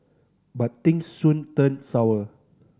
but things soon turned sour